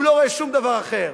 הוא לא רואה שום דבר אחר.